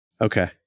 Okay